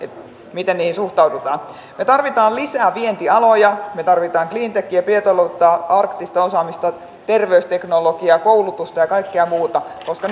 miten niihin suhtaudutaan me tarvitsemme lisää vientialoja me tarvitsemme cleantechiä ja biotaloutta arktista osaamista terveysteknologiaa koulutusta ja kaikkea muuta koska